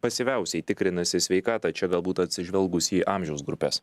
pasyviausiai tikrinasi sveikatą čia galbūt atsižvelgus į amžiaus grupes